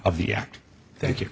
of the act thank you